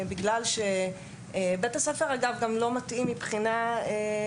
יש גם מקרים שבית הספר לא מתאים מבחינה דתית